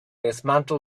dismantled